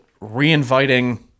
reinviting